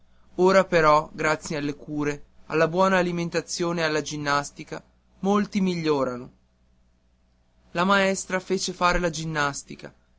ora però grazie alle cure alla buona alimentazione e alla ginnastica molti migliorano la maestra fece fare la ginnastica